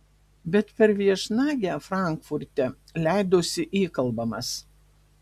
bet per viešnagę frankfurte leidosi įkalbamas